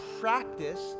practice